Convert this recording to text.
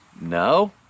No